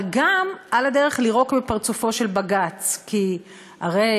אבל גם על הדרך לירוק בפרצופו של בג"ץ, כי הרי